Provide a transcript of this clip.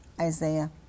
Isaiah